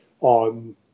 on